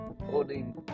holding